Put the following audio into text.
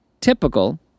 typical